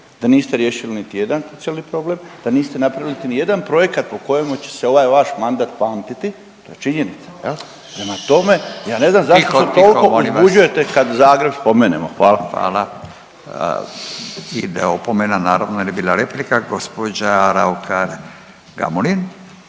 da niste riješili niti jedan cijeli problem, da niste napravili niti jedan projekat po kojemu će se ovaj vaš mandat pamtiti. To je činjenica jel'? Prema tome, ja ne znam zašto se toliko uzbuđujete kad Zagreb spomenemo? Hvala. **Radin, Furio (Nezavisni)** Hvala. Ide opomena naravno, jer je bila replika. Gospođa Raukar Gamulin.